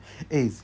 eh